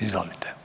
Izvolite.